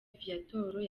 viatora